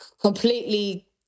completely